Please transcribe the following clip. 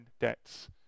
debts